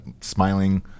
smiling